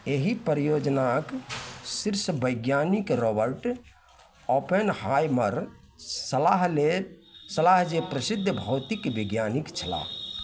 एहि परियोजनाके शीर्ष वैज्ञानिक रॉबर्ट ऑपेनहाइमर सलाह लेल सलाह जे प्रसिद्ध भौतिक वैज्ञानिक छलाह